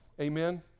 Amen